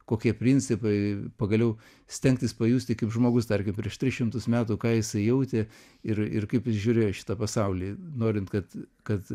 kokie principai pagaliau stengtis pajusti kaip žmogus tarkim prieš tris šimtus metų ką jisai jautė ir ir kaip jis žiūrėjo į šitą pasaulį norint kad kad